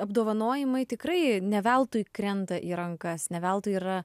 apdovanojimai tikrai ne veltui krenta į rankas ne veltui yra